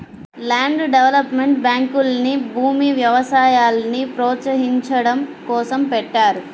land development బ్యాంకుల్ని భూమి, వ్యవసాయాల్ని ప్రోత్సహించడం కోసం పెట్టారు